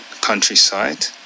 Countryside